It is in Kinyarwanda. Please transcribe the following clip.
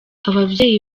ababyeyi